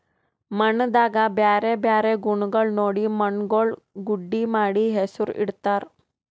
ಮಣ್ಣದಾಗ್ ಬ್ಯಾರೆ ಬ್ಯಾರೆ ಗುಣಗೊಳ್ ನೋಡಿ ಮಣ್ಣುಗೊಳ್ ಗುಡ್ಡಿ ಮಾಡಿ ಹೆಸುರ್ ಇಡತ್ತಾರ್